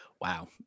wow